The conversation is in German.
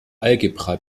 algebra